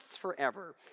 forever